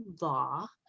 law